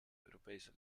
europese